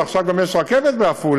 ועכשיו גם יש רכבת בעפולה,